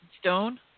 stone